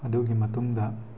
ꯑꯗꯨꯒꯤ ꯃꯇꯨꯡꯗ